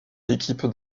l’équipe